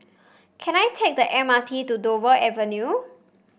can I take the M R T to Dover Avenue